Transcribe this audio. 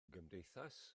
gymdeithas